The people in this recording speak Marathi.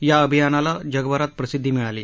या अभियानाला जगभरात प्रसिध्दी मिळाली